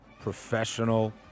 professional